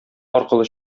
аркылы